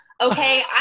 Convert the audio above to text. okay